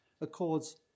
accords